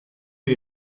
bir